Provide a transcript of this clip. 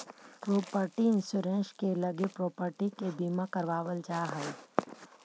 property insurance के लगी property के बीमा करावल जा हई